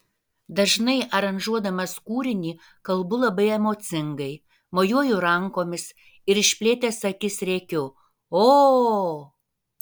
dažnai aranžuodamas kūrinį kalbu labai emocingai mojuoju rankomis ir išplėtęs akis rėkiu o